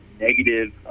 negative